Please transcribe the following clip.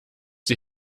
sie